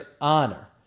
honor